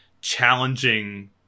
challenging